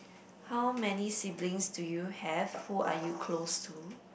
how many siblings do you have who are you close to